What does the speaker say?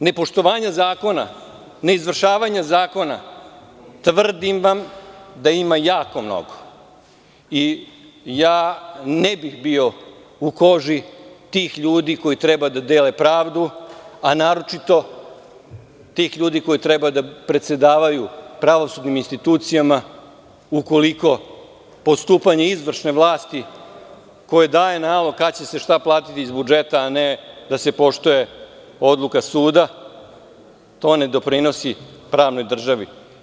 Takvih primera nepoštovanja zakona, neizvršavanja zakona, tvrdim vam da ima jako mnogo i ja ne bih bio u koži tih ljudi koji treba da dele tu pravdu, a naročito tih ljudi koji treba da predsedavaju pravosudnim institucijama, ukoliko postupanje izvrše vlasti koje daju nalog kad će se šta platiti iz budžeta, a ne da se poštuje odluka suda, to ne doprinosi pravnoj državi.